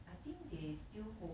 I think they still hope